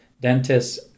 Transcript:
Dentists